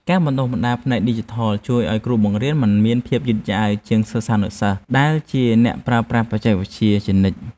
ការបណ្តុះបណ្តាលផ្នែកឌីជីថលជួយឱ្យគ្រូបង្រៀនមិនមានភាពយឺតយ៉ាវជាងសិស្សានុសិស្សដែលជាអ្នកប្រើប្រាស់បច្ចេកវិទ្យាជានិច្ច។